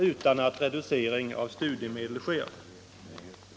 utan att reducering av studiemedel sker.